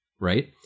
right